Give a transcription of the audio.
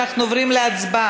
אנחנו עוברים להצבעה,